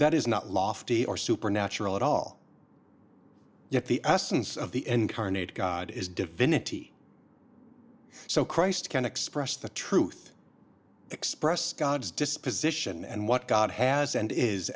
that is not lofty or supernatural at all yet the us sense of the incarnate god is divinity so christ can express the truth express god's disposition and what god has and is